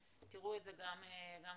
בבקשה,